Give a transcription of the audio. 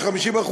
של 50%,